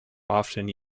often